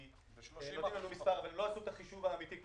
כי הם בחרו מספר ולא עשו את החישוב האמיתי,